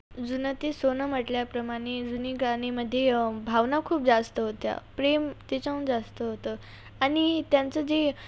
जुनं ते सोनं म्हटल्याप्रमाणे जुनी गाणीमध्ये भावना खूप जास्त होत्या प्रेम त्याच्याहून जास्त होतं आणि त्यांचं जे